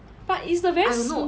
but it's a very smo~